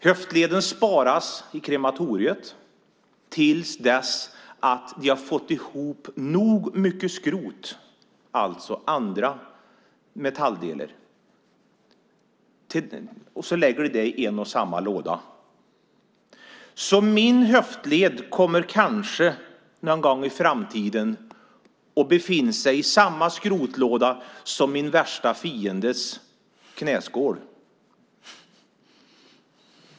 Höftleden sparas i krematoriet till dess att det har samlats ihop nog mycket skrot, alltså andra metalldelar, så att allt kan läggas i en och samma låda. Min höftled kommer kanske någon gång i framtiden att befinna sig i samma skrotlåda som min värsta fiendes knäskål.